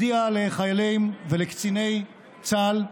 לחיילי ולקציני צה"ל,